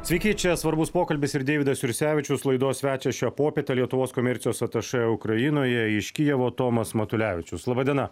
sveiki čia svarbus pokalbis ir deividas jursevičius laidos svečias šią popietę lietuvos komercijos atašė ukrainoje iš kijevo tomas matulevičius laba diena